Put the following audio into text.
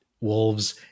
wolves